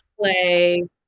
play